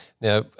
Now